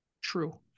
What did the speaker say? True